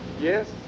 yes